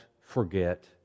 forget